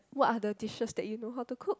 what are the dishes that you know how to cook